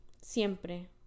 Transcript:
siempre